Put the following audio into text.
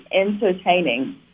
entertaining